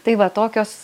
tai va tokios